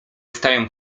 stają